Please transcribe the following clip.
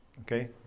Okay